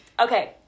Okay